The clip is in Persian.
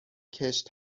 کشت